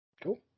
Cool